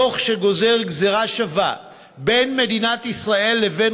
דוח שגוזר גזירה שווה בין מדינת ישראל לבין